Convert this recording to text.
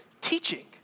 teaching